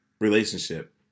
relationship